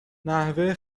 نحوه